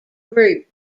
group